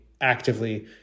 actively